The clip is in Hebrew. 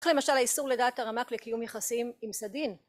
למשל האיסור לדעת הרמק לקיום יחסים עם סדין